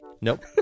Nope